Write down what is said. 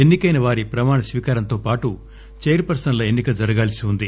ఎన్సికైన వారి ప్రమాణ స్వీకారంతో పాటు చైర్ పర్సన్ల ఎన్నిక జరగాల్పి ఉంది